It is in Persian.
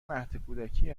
مهدکودکی